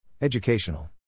Educational